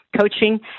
coaching